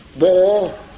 war